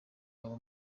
abo